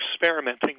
experimenting